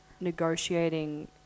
negotiating